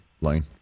Lane